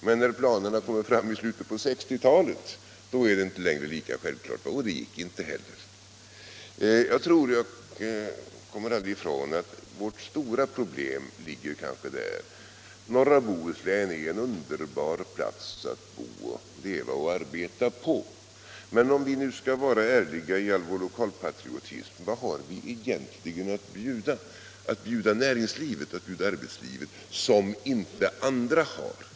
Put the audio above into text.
Men när planerna kommer fram i slutet av 1960-talet är det inte längre lika självklart, och de gick inte heller att genomföra. Jag tror — jag kommer aldrig ifrån det — att vårt stora problem kanske ligger där. Norra Bohuslän är underbart att bo, leva och arbeta i, men om vi nu skall vara ärliga i all vår lokalpatriotism: Vad har vi egentligen att bjuda näringslivet, arbetslivet som inte andra har?